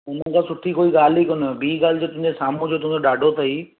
हुनजो सुठी कोई ॻाल्हि ई कोन्हे ॿीं गाल्हि जो तुंहिंजे साम्हूं जो तुंहिंजो ॾाॾो अथई